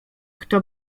kto